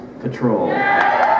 Patrol